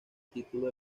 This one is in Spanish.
título